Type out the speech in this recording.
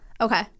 Okay